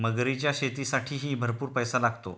मगरीच्या शेतीसाठीही भरपूर पैसा लागतो